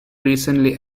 recently